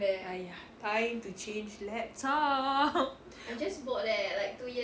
!aiya! time to change laptop